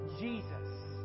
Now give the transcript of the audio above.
Jesus